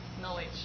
knowledge